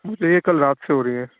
مجھے یہ کل رات سے ہو رہی ہے